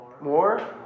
more